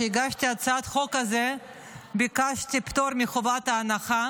כשהגשתי את הצעת החוק הזאת ביקשתי פטור מחובת הנחה,